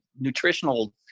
nutritional